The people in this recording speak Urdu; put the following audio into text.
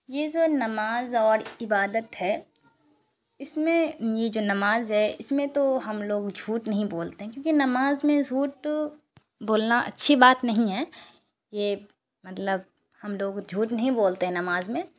یہ جو نماز اور عبادت ہے اس میں یہ جو نماز ہے اس میں تو ہم لوگ جھوٹ نہیں بولتے کیوں کہ نماز میں جھوٹ بولنا اچھی بات نہیں ہے یہ مطلب ہم لوگ جھوٹ نہیں بولتے ہیں نماز میں